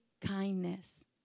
kindness